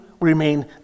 remain